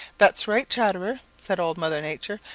that's right, chatterer, said old mother nature.